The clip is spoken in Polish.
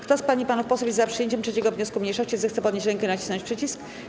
Kto z pań i panów posłów jest za przyjęciem 3. wniosku mniejszości, zechce podnieść rękę i nacisnąć przycisk.